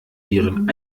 ihren